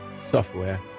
software